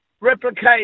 replicate